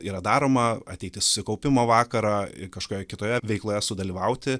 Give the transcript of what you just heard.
yra daroma ateiti į susikaupimo vakarą ir kažkokioje kitoje veikloje sudalyvauti